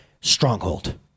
stronghold